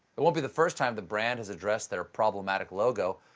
it won't be the first time the brand has addressed their problematic logo.